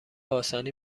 آسانی